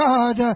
God